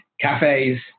cafes